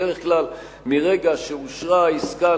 בדרך כלל מרגע שאושרה העסקה,